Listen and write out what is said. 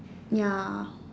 ya